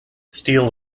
steel